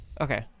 Okay